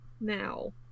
now